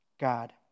God